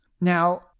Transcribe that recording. Now